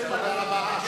תודה רבה.